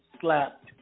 slapped